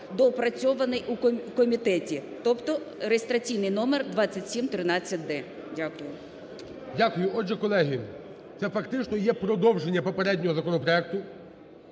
доопрацьований у комітеті, тобто реєстраційний номер 2713-д. Дякую. ГОЛОВУЮЧИЙ. Дякую. Отже, колеги, це, фактично, є продовження попереднього законопроекту.